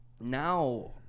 now